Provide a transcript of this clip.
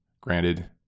Granted